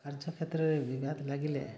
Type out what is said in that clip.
କାର୍ଯ୍ୟକ୍ଷେତ୍ରରେ ବିବାଦ ଲାଗିଲେ